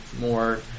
more